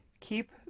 keep